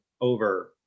over